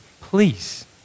Please